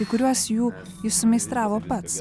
kai kuriuos jų jis sumeistravo pats